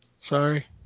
Sorry